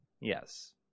Yes